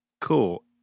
Cool